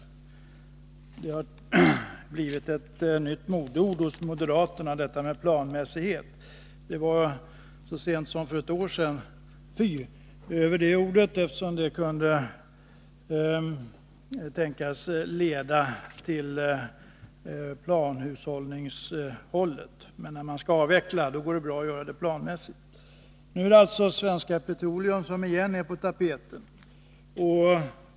Detta med planmässighet har blivit ett nytt modeord hos moderaterna. Men så sent som för ett år sedan fanns något skamligt över det ordet, eftersom det kunde tänkas leda i riktning mot planhushållning. Men när man skall avveckla går det bra att göra det planmässigt! Nu är det åter Svenska Petroleum som är på tapeten för avveckling.